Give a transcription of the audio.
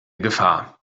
gefahr